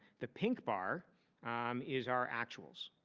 the pink bar is our actuals.